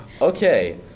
Okay